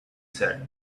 said